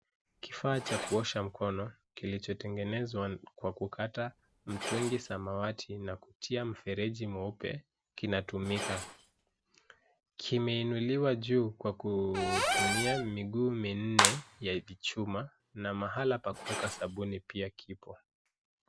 Kifaa cha kuosha mkono kilichotengenezwa, kwa kukata mtungi samawati na kutia mfereji mweupe ,kinatumika. Kimeinuliwa juu kwa kutumia miguu minne ya chuma na mahala pa kueka sabuni pia kipo.